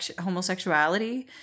homosexuality